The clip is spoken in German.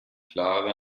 klare